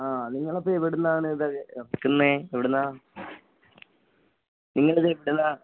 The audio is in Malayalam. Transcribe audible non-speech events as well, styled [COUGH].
ആ നിങ്ങൾ അപ്പം എവിടെ നിന്നാണ് ഇത് എടുക്കുന്നത് എവിടെ നിന്നാണ് നിങ്ങളുടെ [UNINTELLIGIBLE]